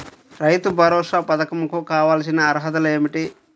రైతు భరోసా పధకం కు కావాల్సిన అర్హతలు ఏమిటి?